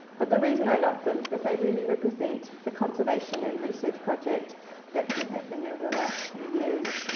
but the reason i love them is they really represent the conservation and research project that's been happening over the last few years.